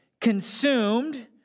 consumed